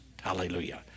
Hallelujah